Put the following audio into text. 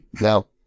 Now